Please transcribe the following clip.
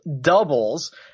doubles